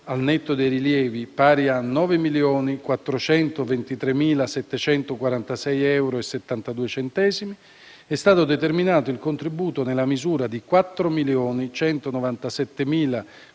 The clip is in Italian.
al netto dei rilievi, pari a euro 9.423.746,72, è stato determinato il contributo nella misura di euro